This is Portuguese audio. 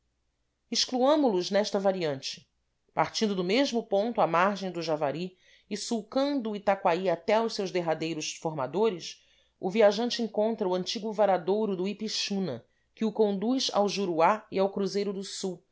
purus excluamo los nesta variante partindo do mesmo ponto à margem do javari e sulcando o itacoaí até aos seus derradeiros formadores o viajante encontra o antigo varadouro do ipixuna que o conduz ao juruá e a cruzeiro do sul